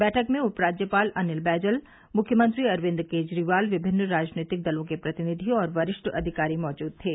बैठक में उपराज्यपाल अनिल बैजल मुख्यमंत्री अरविन्द केजरीवाल विभिन्न राजनीतिक दलों के प्रतिनिधि और वरिष्ठ अधिकारी मौजूद थे